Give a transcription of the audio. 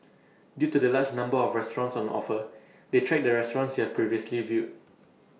due to the large number of restaurants on offer they track the restaurants you have previously viewed